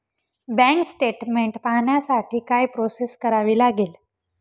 Bank statement पाहण्यासाठी काय process करावी लागेल?